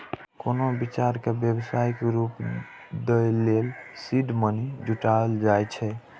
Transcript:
कोनो विचार कें व्यावसायिक रूप दै लेल सीड मनी जुटायल जाए छै